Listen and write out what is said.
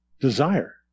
desire